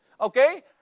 okay